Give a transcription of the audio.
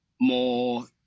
more